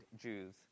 Jews